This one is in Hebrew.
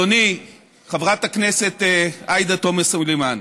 חברת הכנסת עאידה תומא סלימאן.